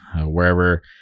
wherever